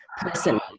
personally